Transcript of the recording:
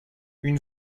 une